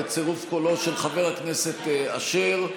בצירוף קולו של חבר הכנסת אשר,